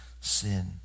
sin